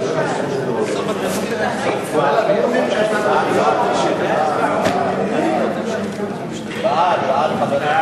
להעביר את הצעת חוק שוויון ההזדמנויות בעבודה (תיקון,